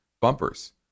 bumpers